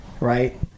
right